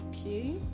Okay